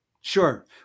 Sure